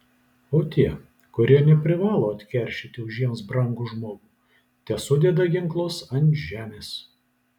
o tie kurie neprivalo atkeršyti už jiems brangų žmogų tesudeda ginklus ant žemės